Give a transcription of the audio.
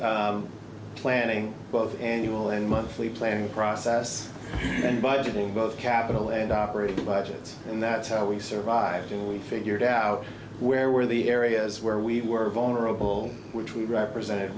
planning both annual and monthly planning process and budgeting both capital and operating budgets and that's how we survived and we figured out where were the areas where we were vulnerable which we represented